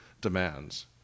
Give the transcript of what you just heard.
demands